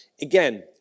again